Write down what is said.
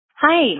Hi